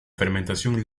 fermentación